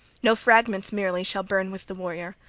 no fragments merely shall burn with the warrior.